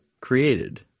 created